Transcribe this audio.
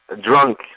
drunk